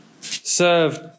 served